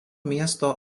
miesto